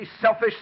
selfish